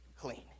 clean